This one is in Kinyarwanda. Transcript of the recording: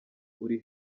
uri